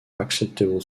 acceptable